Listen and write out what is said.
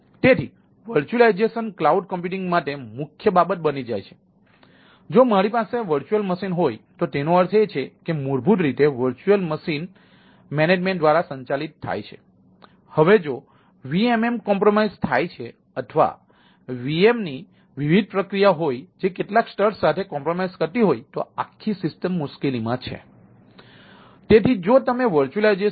તેથી વર્ચ્યુઅલાઇઝેશન થાય છે અથવા VM ની વિવિધ પ્રક્રિયાઓ હોય જે કેટલાક સ્તર સાથે કોમ્પ્રોમાઇઝ કરતી હોય તો આખી સિસ્ટમ મુશ્કેલીમાં છે તેથી જો તમે વર્ચ્યુઅલાઇઝેશન